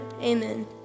Amen